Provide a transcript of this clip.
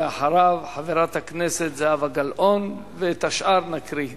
זהבה גלאון, ואת השאר נקריא בהמשך.